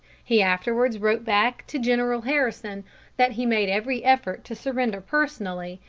he afterwards wrote back to general harrison that he made every effort to surrender personally,